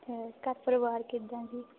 ਅਤੇ ਘਰ ਪਰਿਵਾਰ ਕਿੱਦਾਂ ਜੀ